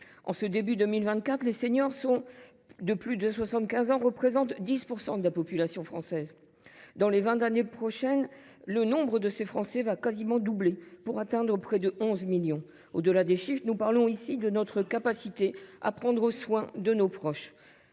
En ce début 2024, les seniors de plus de 75 ans représentent 10 % de la population française. Dans les vingt prochaines années, leur nombre va quasiment doubler pour atteindre près de 11 millions. Au delà des chiffres, nous parlons ici de notre capacité à prendre soin de nos proches.